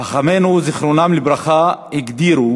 חכמינו זיכרונם לברכה הגדירו